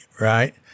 right